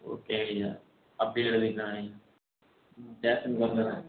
okay ஐயா அப்படியே எழுதிக்கலாம்ங்க ஸ்டேஷனுக்கு வந்துடுறேங்க